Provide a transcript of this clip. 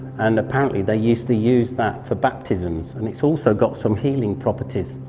and apparently they used to use that for baptisms. and it's also got some healing properties.